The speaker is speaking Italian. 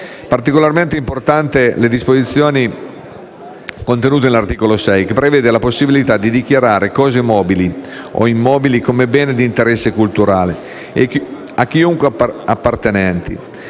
Particolarmente importanti sono le disposizioni contenute all'articolo 6, che prevede la possibilità di dichiarare cose mobili o immobili come beni di interesse culturale, a chiunque appartenenti,